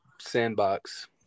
Sandbox